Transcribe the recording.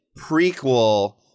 prequel